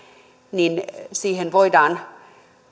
niin siihen voidaan